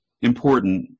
important